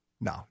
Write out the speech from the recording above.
No